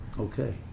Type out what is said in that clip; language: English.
okay